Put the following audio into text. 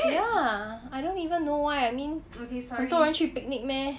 ya I don't even know why I mean 很多人去 picnic meh